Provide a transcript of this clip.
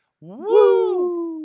Woo